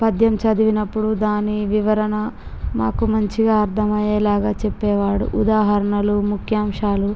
పద్యం చదివినప్పుడు దాని వివరణ నాకు మంచిగా అర్ధమయ్యేలాగా చెప్పేవాడు ఉదాహరణలు ముఖ్యంశాలు